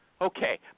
okay